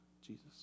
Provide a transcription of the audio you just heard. Jesus